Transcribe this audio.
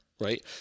Right